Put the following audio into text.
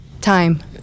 time